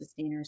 sustainers